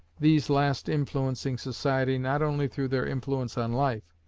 these last influencing society not only through their influence on life,